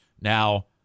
Now